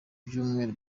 byumweru